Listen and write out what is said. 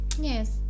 Yes